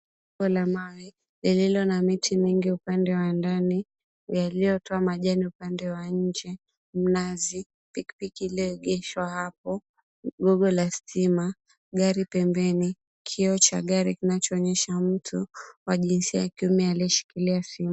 Kuta la mawe lililona miti mingi upande wa ndani yaliyotoa majani upande wa inje, mnazi, pikipiki iliyoegeshwa hapo, gogo la stima, gari pembeni, kioo cha gari kinachoonyesha mtu wa jinsia ya kiume aliyeshikilia simu.